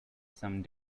some